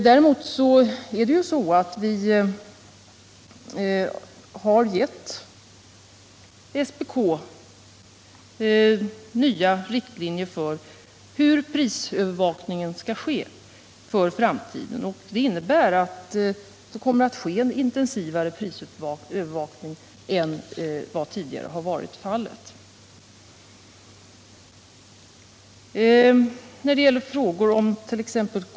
Däremot har vi givit SPK nya riktlinjer för hur prisövervakningen för framtiden skall ske. Det innebär att det kommer att ske en intensivare prisövervakning än tidigare.